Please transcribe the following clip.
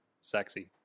Sexy